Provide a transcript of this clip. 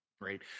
right